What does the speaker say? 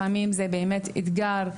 לפעמים זה באמת אתגר.